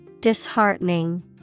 Disheartening